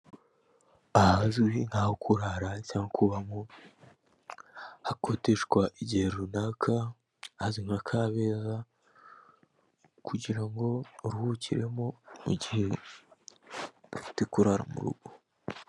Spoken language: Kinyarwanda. Ahazwi nk'aho aho kurara cyangwa kubamo hakodeshwa igihe runaka, hazwi nka kabeza kugira ngo uruhukiremo mu gihe udafite kurara mu rugo.